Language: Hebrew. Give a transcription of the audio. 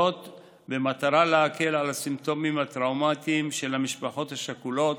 במטרה להקל על הסימפטומים הטראומטיים של המשפחות השכולות